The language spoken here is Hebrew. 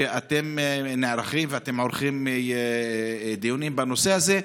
שאתם נערכים ועורכים דיונים בנושא הזה.